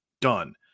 Done